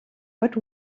but